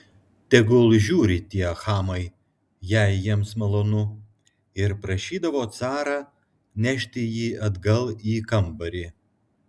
tegul žiūri tie chamai jei jiems malonu ir prašydavo carą nešti jį atgal į kambarį